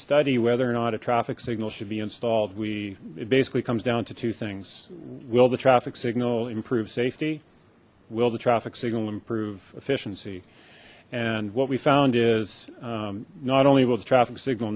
study whether or not a traffic signal should be installed we it basically comes down to two things will the traffic signal improve safety we'll the traffic signal improve efficiency and what we found is not only will the traffic signal